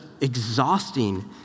exhausting